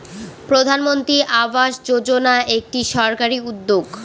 প্রধানমন্ত্রী আবাস যোজনা একটি সরকারি উদ্যোগ